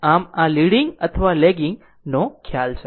આમ આ લીડીંગ અથવા લેગિંગ નો ખ્યાલ છે